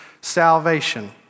salvation